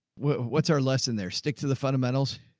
what's our lesson there? stick to the fundamentals.